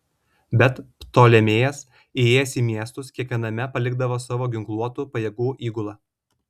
bet ptolemėjas įėjęs į miestus kiekviename palikdavo savo ginkluotų pajėgų įgulą